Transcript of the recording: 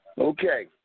Okay